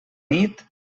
nit